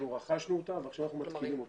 רכשנו אותה ועכשיו אנחנו מתקינים אותה.